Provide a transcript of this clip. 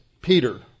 Peter